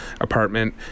apartment